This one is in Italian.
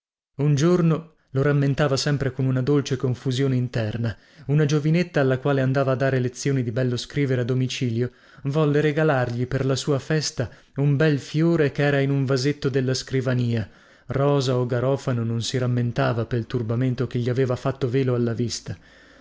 un giorno lo rammentava sempre con una dolce confusione interna una giovinetta alla quale andava a dare lezioni di bello scrivere a domicilio volle regalargli per la sua festa un bel fiore chera in un vasetto sulla scrivania rosa o garofano non si rammentava pel turbamento che gli aveva fatto velo alla vista